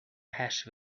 hash